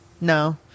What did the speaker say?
No